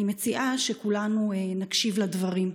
אני מציעה שכולנו נקשיב לדברים: